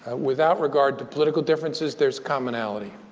without regard to political differences, there's commonality.